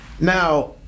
now